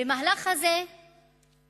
במהלך הזה של